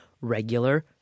regular